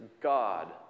God